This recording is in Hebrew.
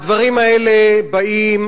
הדברים האלה באים